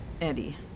Eddie